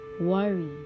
worry